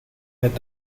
met